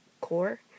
core